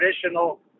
traditional